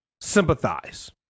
sympathize